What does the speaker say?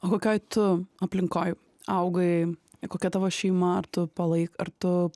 o kokioj tu aplinkoj augai ir kokia tavo šeima ar tu palaik ar tu